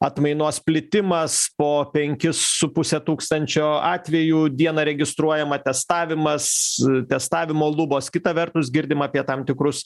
atmainos plitimas po penkis su puse tūkstančio atvejų dieną registruojama testavimas testavimo lubos kita vertus girdim apie tam tikrus